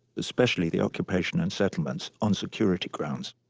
especially the occupation and settlements, on security grounds.